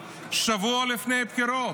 שבוע לפני הבחירות.